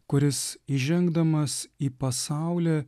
kuris įžengdamas į pasaulį